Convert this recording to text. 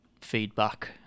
feedback